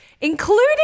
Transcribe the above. Including